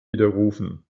widerrufen